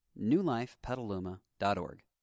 newlifepetaluma.org